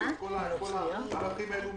את כל הערכים האלה מההורים.